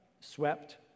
swept